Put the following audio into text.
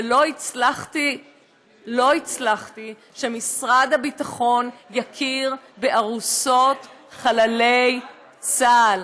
אבל לא הצלחתי שמשרד הביטחון יכיר בארוסות חללי צה"ל.